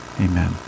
Amen